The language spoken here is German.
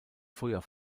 früher